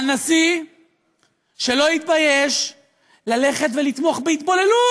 על נשיא שלא התבייש ללכת ולתמוך בהתבוללות.